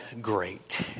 great